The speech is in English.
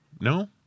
No